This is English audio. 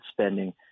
spending